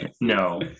no